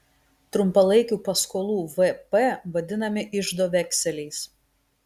trumpalaikių paskolų vp vadinami iždo vekseliais